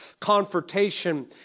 confrontation